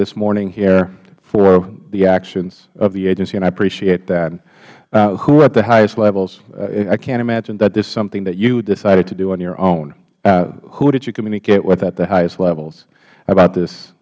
this morning here for the actions of the agency and i appreciate that who at the highest levelsh i can't imagine that this is something that you decided to do on your own who did you communicate with at the highest levels about this